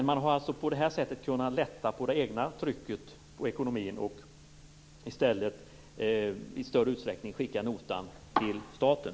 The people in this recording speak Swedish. På det här sättet har man kunnat lätta på trycket på sin egen ekonomi och i större utsträckning i stället skickat notan till staten.